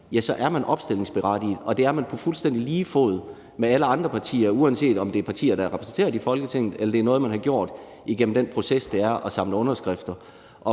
så er man opstillingsberettiget, og det er man på fuldstændig lige fod med alle andre partier, uanset om det er partier, der er repræsenteret i Folketinget, eller det er noget, man er blevet igennem den proces, det er at samle underskrifter.